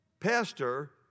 pastor